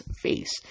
face